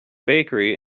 bakery